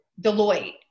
Deloitte